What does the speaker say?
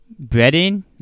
Breading